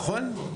נכון?